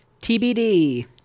TBD